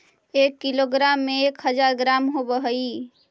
एक किलोग्राम में एक हज़ार ग्राम होव हई